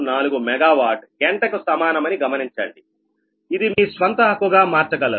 164 megawatt గంటకు సమానమని గమనించండి ఇది మీ స్వంత హక్కుగా మార్చగలరు